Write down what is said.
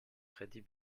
crédits